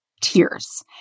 tears